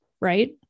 right